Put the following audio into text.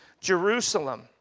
Jerusalem